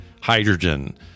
hydrogen